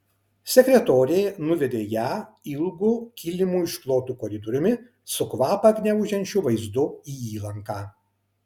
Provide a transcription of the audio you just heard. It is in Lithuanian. sekretorė nuvedė ją ilgu kilimu išklotu koridoriumi su kvapą gniaužiančiu vaizdu į įlanką